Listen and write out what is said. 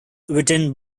written